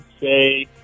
say